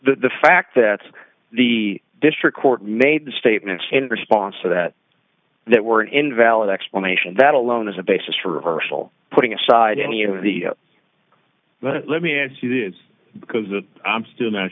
the fact that the district court made the statements in response to that that were an invalid explanation that alone is a basis for herschel putting aside any of the let me ask you this because that i'm still not